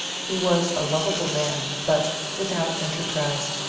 he was a lovable man, but without enterprise,